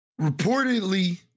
Reportedly